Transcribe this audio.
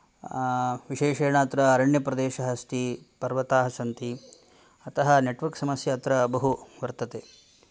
विशेषेण अत्र अरण्यप्रदेशः अस्ति पर्वताः सन्ति अतः नेट्वर्क् समस्या अत्र बहु वर्तते